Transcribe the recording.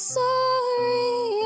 sorry